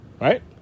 right